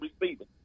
receiving